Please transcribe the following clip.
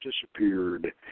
disappeared